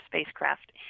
spacecraft